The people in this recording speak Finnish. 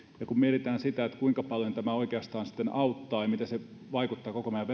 ja kun mietitään sitä kuinka paljon tämä oikeastaan sitten auttaa ja mitä se vaikuttaa koko meidän